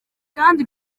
kandi